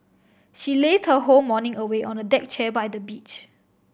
she lazed her whole morning away on a deck chair by the beach